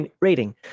rating